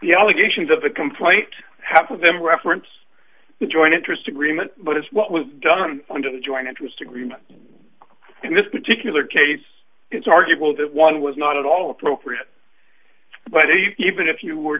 the allegations of the complaint half of them reference the joint interest agreement but it's what was done under the joint interest agreement in this particular case it's arguable that one was not at all appropriate but even if you were